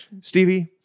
Stevie